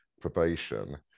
probation